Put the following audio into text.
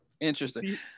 Interesting